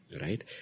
right